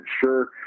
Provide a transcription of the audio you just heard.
sure